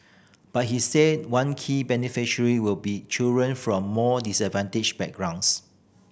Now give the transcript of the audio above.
but he said one key beneficiary will be children from more disadvantaged backgrounds